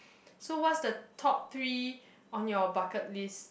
so what's the top three on your bucket list